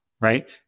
right